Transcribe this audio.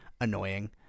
annoying